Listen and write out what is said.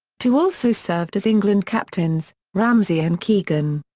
two also served as england captains, ramsey and keegan.